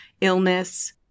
illness